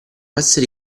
esseri